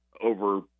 over